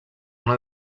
una